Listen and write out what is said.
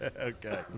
Okay